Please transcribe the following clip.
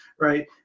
right